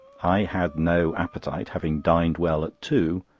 i had no appetite, having dined well at two,